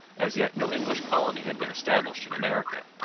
as yet no english colony had been established in america.